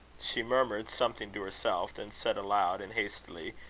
she murmured something to herself then said aloud and hastily,